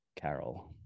Carol